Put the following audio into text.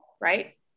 right